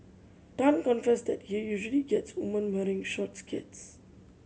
Tan confessed that he usually gets women wearing short skirts